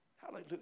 Hallelujah